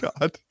god